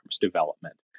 development